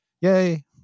Yay